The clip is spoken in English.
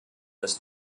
his